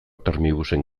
termibusen